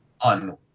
On